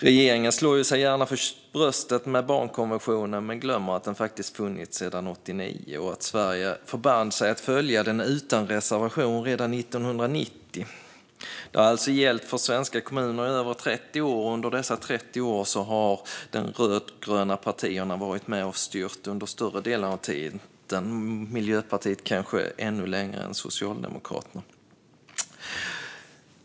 Regeringen slår sig gärna för bröstet om barnkonventionen men glömmer att den funnits sedan 1989 och att Sverige förband sig att följa den utan reservation redan 1990. Den har alltså gällt för svenska kommuner i över 30 år. Under dessa 30 år har de rödgröna partierna varit med och styrt under större delen av tiden - Miljöpartiet kanske ännu längre än Socialdemokraterna.